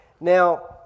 Now